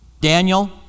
Daniel